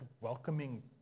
welcoming